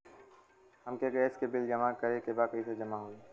हमके गैस के बिल जमा करे के बा कैसे जमा होई?